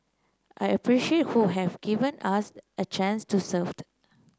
I appreciate who have given us a chance to served